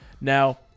Now